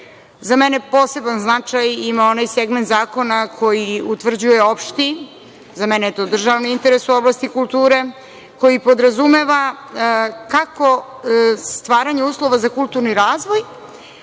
Za mene poseban značaj ima onaj segment zakona koji utvrđuje opšti, za mene je to državni interes u oblasti kulture, koji podrazumeva kako stvaranja uslova za kulturni razvoj,